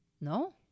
No